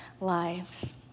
lives